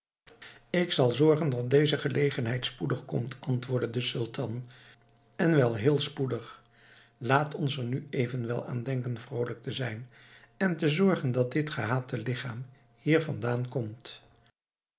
ik zal zorgen dat deze gelegenheid spoedig komt antwoordde de sultan en wel heel spoedig laat ons er nu evenwel aan denken vroolijk te zijn en te zorgen dat dit gehate lichaam hier vandaan komt